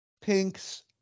pinks